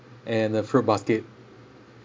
and a fruit basket